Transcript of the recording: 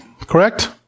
correct